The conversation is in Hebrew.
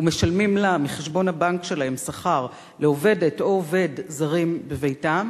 ומשלמים מחשבון הבנק שלהם שכר לעובדת או עובד זרים בביתם,